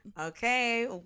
okay